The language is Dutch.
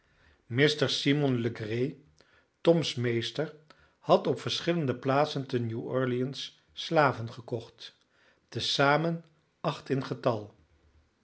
mr simon legree toms meester had op verschillende plaatsen te new-orleans slaven gekocht te zamen acht in getal